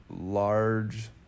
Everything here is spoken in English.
large